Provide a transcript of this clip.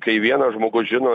kai vienas žmogus žino